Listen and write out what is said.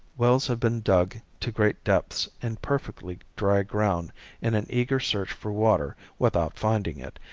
wells have been dug to great depths in perfectly dry ground in an eager search for water without finding it,